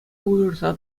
уйӑрса